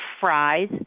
fries